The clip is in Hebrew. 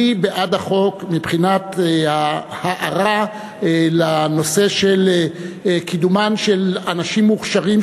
אני בעד החוק מבחינת ההארה לנושא של קידומם של אנשים מוכשרים,